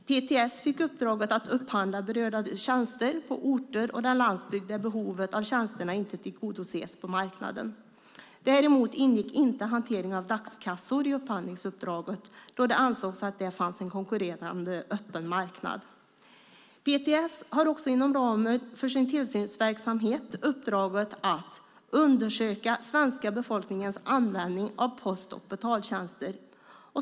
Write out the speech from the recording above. PTS fick uppdraget att upphandla de berörda tjänsterna på de orter och i den landsbygd där behovet av dessa tjänster inte tillgodoses av marknaden. Däremot ingick inte hantering av dagskassor i upphandlingsuppdraget då det ansågs att det fanns en konkurrerande öppen marknad för detta. PTS har inom ramen för sin tillsynsverksamhet även uppdraget att undersöka svenska befolkningens användning av post och betaltjänster.